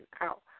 out